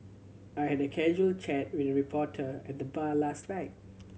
I had a casual chat with reporter at the bar last night